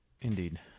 Indeed